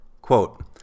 quote